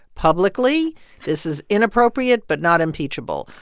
publicly this is inappropriate but not impeachable.